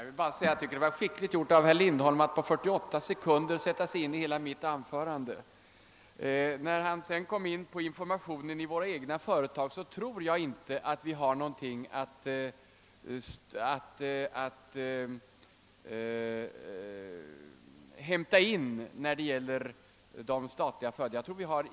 Herr talman! Jag tycker att det var skickligt av herr Lindholm att på 48 sekunder sätta sig in i hela mitt anförande. Herr Lindholm kom in på frågan om informationen i de privata före. tagen, men jag tror inte att vi där har någonting att hämta in från de statliga.